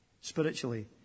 spiritually